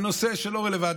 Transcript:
על נושא שלא רלוונטי,